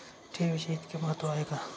ठेवीचे इतके महत्व का आहे?